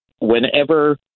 whenever